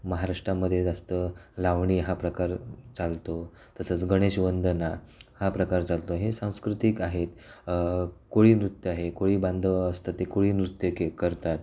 महाराष्टामध्ये जास्त लावणी हा प्रकार चालतो तसंच गणेश वंदना हा प्रकार चालतो हे सांस्कृतिक आहेत कोळी नृत्य आहे कोळी बांधव असतात ते कोळी नृत्य के करतात